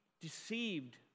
deceived